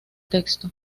texto